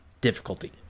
difficulty